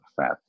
fat